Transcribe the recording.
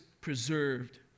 preserved